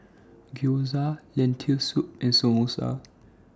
Gyoza Lentil Soup and Samosa